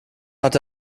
hat